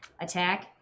attack